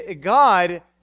God